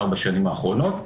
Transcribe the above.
ארבע שנים האחרונות,